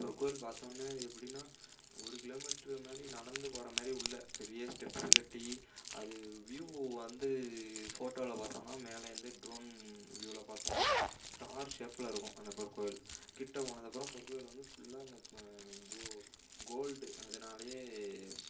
பொற்கோயில் பார்த்தவொன்னே அது எப்படின்னா ஒரு கிலோமீட்ரு மாதிரி நடந்து போகிற மாதிரி உள்ள பெரிய ஸ்டெப்ஸ்ஸு கட்டி அது வியூ வந்து ஃபோட்டோவில் பார்த்தோன்னா மேலேயிருந்து ட்ரோன் வியூவில் பார்த்தோன்னா ஸ்டார் ஷேப்பில் இருக்கும் அந்த பொற்கோயில் கிட்ட போனதுக்கு அப்புறம் பொற்கோயில் வந்து ஃபுல்லாக இந்த கோல்டு அதனாலேயே